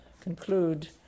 conclude